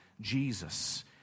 Jesus